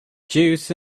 juice